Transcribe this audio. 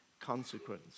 consequence